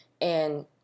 And-